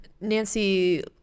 Nancy